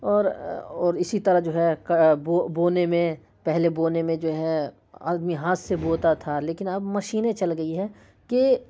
اور اسی طرح جو ہے بو بونے میں پہلے بونے میں جو ہے آدمی ہاتھ سے بوتا تھا لیکن اب مشینیں چل گئی ہے کہ